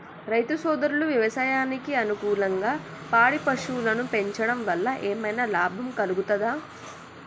రైతు సోదరులు వ్యవసాయానికి అనుకూలంగా పాడి పశువులను పెంచడం వల్ల ఏమన్నా లాభం కలుగుతదా?